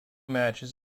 matches